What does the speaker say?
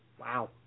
Wow